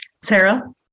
Sarah